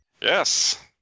Yes